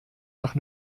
nach